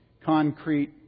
concrete